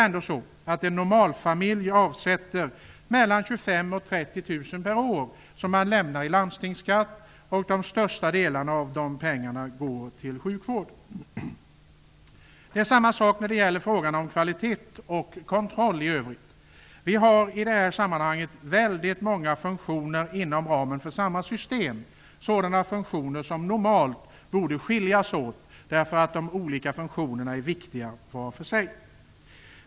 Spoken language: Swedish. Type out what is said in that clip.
En normalfamilj avsätter mellan 25 000 och 30 000 kr per år som man lämnar i landstingsskatt. Den största delen av pengarna går till sjukvården. Samma sak gäller i fråga om kvalitet och kontroll i övrigt. I det här sammanhanget har vi väldigt många funktioner inom ramen för samma system. Vissa funktioner borde normalt skiljas åt, eftersom de olika funktionerna är viktiga var för sig.